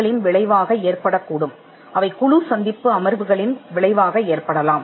அவை மூளைச்சலவை செய்யும் அமர்வுகளின் விளைவாக இருக்கலாம்